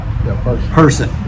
person